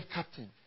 captain